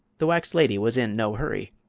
the wax lady was in no hurry.